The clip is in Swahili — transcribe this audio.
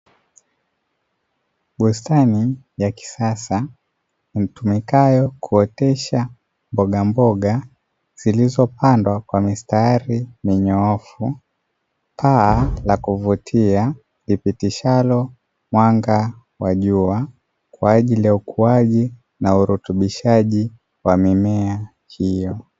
Bustani ya kisasa itumikayo kuotesha mbogamboga, zilizopandwa kwa mistari minyoofu, paa la kuvutia lipitishalo mwanga wa jua kwa ajili ya ukuaji na urutubishaji wa mimea hiyo.